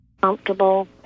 comfortable